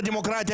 דיקטטור.